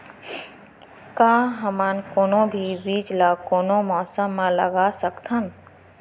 का हमन कोनो भी बीज ला कोनो मौसम म लगा सकथन?